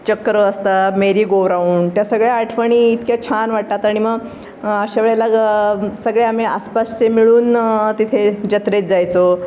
चक्र असतात merry go round त्या सगळ्या आठवणी इतक्या छान वाटतात आणि मग अशा वेळेला सगळे आम्ही आसपासचे मिळून तिथे जत्रेत जायचो